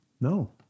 No